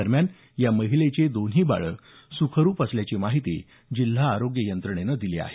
दरम्यान या महिलेची दोन्ही बाळं सुखरूप असल्याची माहिती जिल्हा आरोग्य यंत्रणेनं दिली आहे